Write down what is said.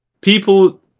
people